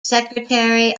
secretary